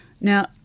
Now